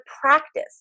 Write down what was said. practice